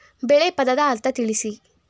ಬೆಳೆ ಪದದ ಅರ್ಥ ತಿಳಿಸಿ?